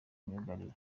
myugariro